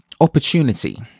opportunity